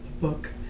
book